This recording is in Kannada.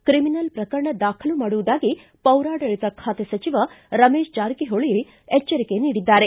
ತ್ರೆಮಿನಲ್ ಪ್ರಕರಣ ದಾಖಲು ಮಾಡುವುದಾಗಿ ಪೌರಾಡಳಿತ ಖಾತೆ ಸಚಿವ ರಮೇಶ ಜಾರಕಿಹೊಳಿ ಎಚ್ಚರಿಕೆ ನೀಡಿದ್ದಾರೆ